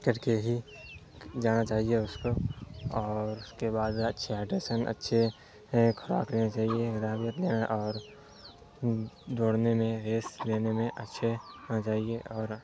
کر کے ہی جانا چاہیے اس کو اور اس کے بعد اچھے ہائڈریسن اچھے خوراک لینا چاہیے میں اور دوڑنے میں ریس لینے میں اچھے ہونا چاہیے اور